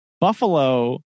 buffalo